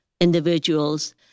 individuals